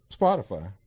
Spotify